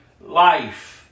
life